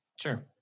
Sure